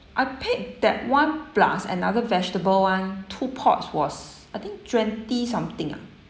I picked that one plus another vegetable one two pots was I think twenty something ah